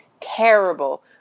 terrible